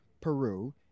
Peru